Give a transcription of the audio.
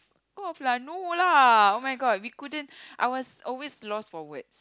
off no lah oh-my-god we couldn't I was always lost for words